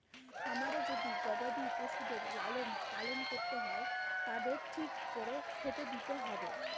খামারে যদি গবাদি পশুদের লালন পালন করতে হয় তাদের ঠিক করে খেতে দিতে হবে